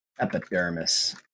epidermis